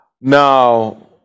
Now